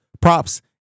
props